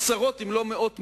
עשרות אם לא מאות מומחים,